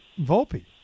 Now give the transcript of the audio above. Volpe